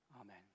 Amen